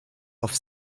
auf